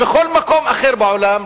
בכל מקום אחר בעולם,